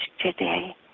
today